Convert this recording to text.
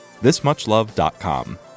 thismuchlove.com